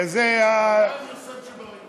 מה עם יוסף ג'בארין?